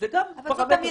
גם פרמטר